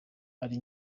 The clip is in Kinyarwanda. ari